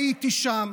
הייתי שם,